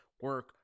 Work